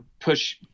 push